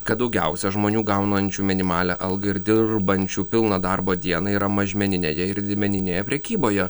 kad daugiausia žmonių gaunančių minimalią algą ir dirbančių pilną darbo dieną yra mažmeninėje ir didmeninėje prekyboje